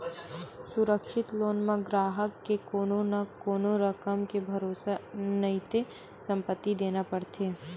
सुरक्छित लोन म गराहक ह कोनो न कोनो रकम के भरोसा नइते संपत्ति देना परथे